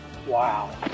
Wow